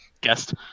guest